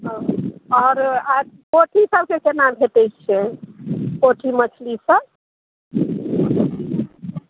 आओर पोठी सबके कोना भेटै छै पोठी मछली सब